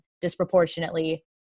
disproportionately